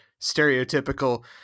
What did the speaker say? stereotypical